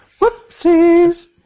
Whoopsies